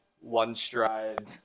one-stride